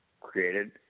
created